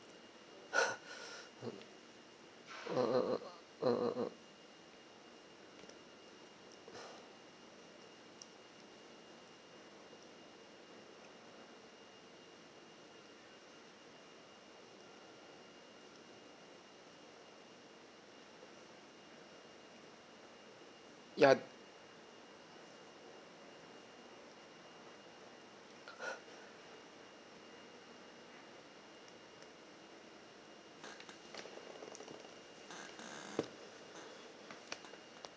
mm uh uh uh uh uh uh uh ya